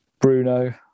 Bruno